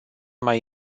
mai